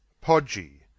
PODGY